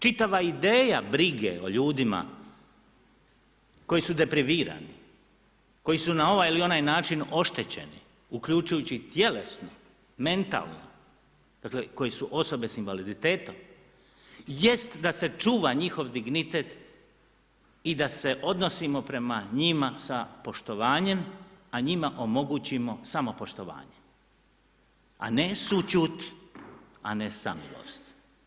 Čitava ideja brige o ljudima koji su deprivirani, koji su na ovaj ili onaj način oštećeni uključujući i tjelesno, mentalno dakle koji su osobe sa invaliditetom jest da se čuva njihov dignitet i da se odnosimo prema njima sa poštovanjem, a njima omogućimo samopoštovanje, a ne sućut, a ne samilost.